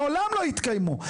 מעולם לא התקיימו.